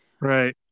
Right